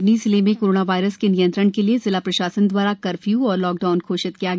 सिवनी जिले में corona virus के नियंत्रण के लिए जिला प्रशासन दवारा कर्फ्यू और लॉकडाउन घोषित किया गया